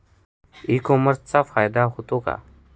E कॉमर्सचा फायदा होतो का?